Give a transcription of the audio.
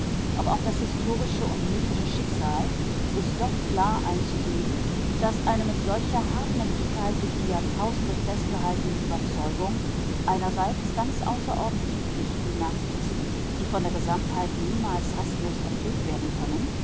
ob auf das historische und mythische schicksal ist doch klar einzusehen daß eine mit solcher hartnäckigkeit durch die jahrtausende festgehaltene überzeugung einerseits ganz außerordentliche pflichten nach sich zieht die von der gesamtheit niemals restlos erfüllt werden können